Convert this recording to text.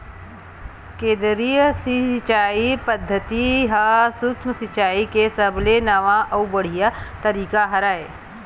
केदरीय सिचई पद्यति ह सुक्ष्म सिचाई के सबले नवा अउ बड़िहा तरीका हरय